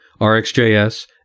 RxJS